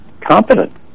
competent